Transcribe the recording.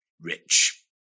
rich